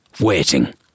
waiting